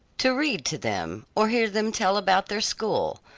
to read to them or hear them tell about their school,